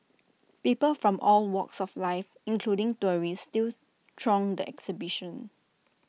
people from all walks of life including tourists still throng the exhibition